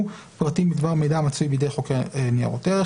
פרטים בדבר מידע המצוי בידי חוקר ניירות ערך,